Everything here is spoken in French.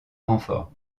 renforts